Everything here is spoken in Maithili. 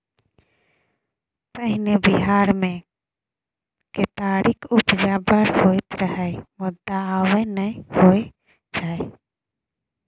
पहिने बिहार मे केतारीक उपजा बड़ होइ रहय मुदा आब नहि होइ छै